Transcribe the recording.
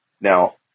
Now